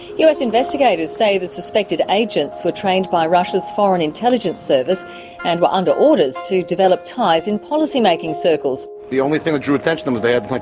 us investigators say the suspected agents were trained by russia's foreign intelligence service and were under orders to develop ties in policymaking circles. the only thing that drew attention to them was they had, like